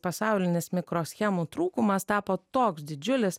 pasaulinis mikroschemų trūkumas tapo toks didžiulis